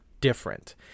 different